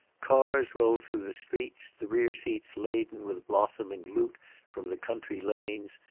cars rolled through the streets, the rear seats laden with blossoming loot from the country lanes,